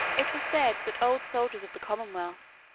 it was said that old soldiers of the commonwealth,